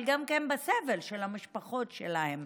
אבל גם בסבל של המשפחות שלהם.